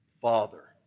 Father